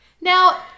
Now